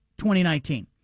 2019